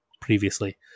previously